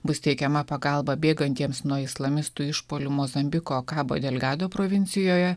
bus teikiama pagalba bėgantiems nuo islamistų išpuolių mozambiko kabo del gado provincijoje